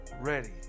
ready